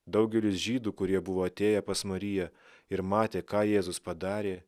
daugelis žydų kurie buvo atėję pas mariją ir matė ką jėzus padarė